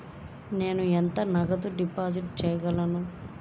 నేను ఎంత నగదు డిపాజిట్ చేయగలను?